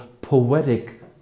poetic